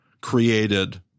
created